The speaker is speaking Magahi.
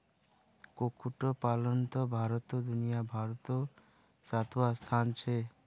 कुक्कुट पलानोत भारतेर दुनियाभारोत सातवाँ स्थान छे